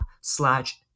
slash